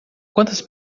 quantas